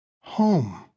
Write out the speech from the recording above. home